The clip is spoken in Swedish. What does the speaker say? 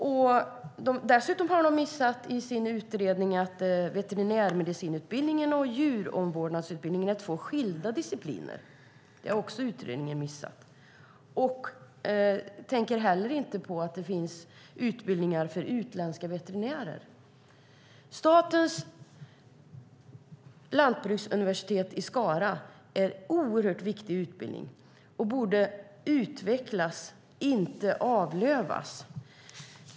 Utredningen har också missat att veterinärmedicinutbildningen och djuromvårdnadsutbildningen är två skilda discipliner och tänker heller inte på att det finns utbildningar för utländska veterinärer. Sveriges lantbruksuniversitet i Skara är ett viktigt lärosäte som borde utvecklas, inte avlövas.